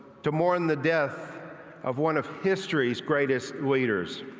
to mourn the death of one of history's greatest leaders.